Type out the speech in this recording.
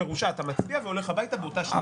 שפירושה שאתה מצביע והולך הביתה באותה שנייה.